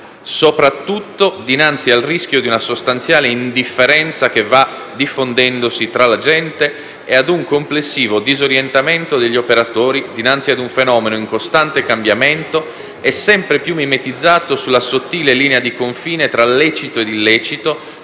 soprattutto dinanzi al rischio di una sostanziale indifferenza che va diffondendosi tra la gente e ad un complessivo disorientamento degli operatori dinanzi ad un fenomeno in costante cambiamento e sempre più mimetizzato sulla sottile linea di confine tra lecito e illecito,